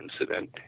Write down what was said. incident